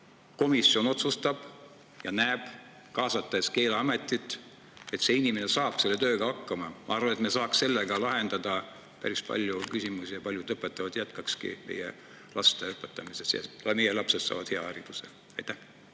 komisjon otsustab, ehk ta näeb, kaasates Keeleametit, et inimene saab selle tööga hakkama. Ma arvan, et me saaks selle abil lahendada päris palju küsimusi, paljud õpetajad jätkaksid meie laste õpetamist ja meie lapsed saaksid hea hariduse. Aitäh!